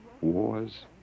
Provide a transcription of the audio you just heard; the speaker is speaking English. wars